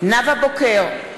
נאוה בוקר,